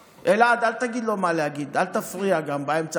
אלעד, אל תגיד לו מה להגיד, גם אל תפריע באמצע.